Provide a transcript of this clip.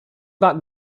that